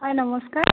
হয় নমস্কাৰ